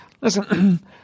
Listen